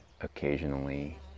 occasionally